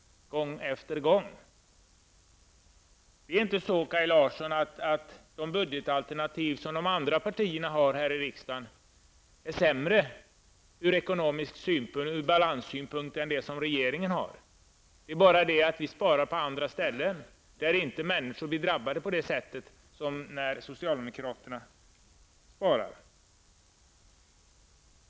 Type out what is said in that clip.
De andra riksdagspartiernas budgetalternativ är inte sämre från ekonomiskt balanssynpunkt än det förslag som regeringen har. Vi sparar på andra ställen, där inte människor blir drabbade på samma sätt som när socialdemokraterna sparar.